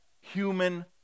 human